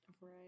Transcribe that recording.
Right